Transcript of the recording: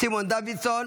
סימון דוידסון,